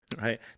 right